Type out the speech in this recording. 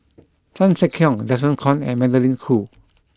Chan Sek Keong Desmond Kon and Magdalene Khoo